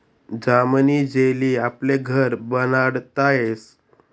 जामनी जेली आपले घर बनाडता यस